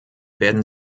werden